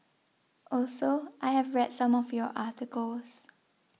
also I have read some of your articles